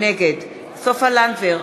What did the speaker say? נגד סופה לנדבר,